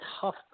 tough